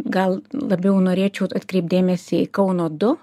gal labiau norėčiau atkreipt dėmesį į kauno du